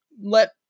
let